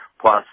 plus